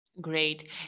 Great